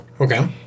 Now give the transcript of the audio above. Okay